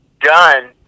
done